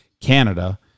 Canada